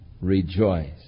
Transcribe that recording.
rejoice